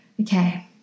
okay